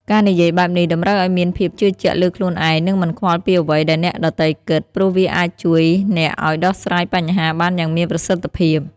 ការនិយាយបែបនេះតម្រូវឱ្យអ្នកមានភាពជឿជាក់លើខ្លួនឯងនិងមិនខ្វល់ពីអ្វីដែលអ្នកដទៃគិត ព្រោះវាអាចជួយអ្នកឱ្យដោះស្រាយបញ្ហាបានយ៉ាងមានប្រសិទ្ធភាព។